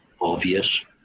obvious